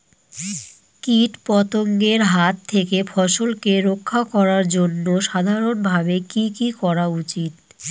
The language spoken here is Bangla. কীটপতঙ্গের হাত থেকে ফসলকে রক্ষা করার জন্য সাধারণভাবে কি কি করা উচিৎ?